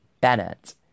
Bennett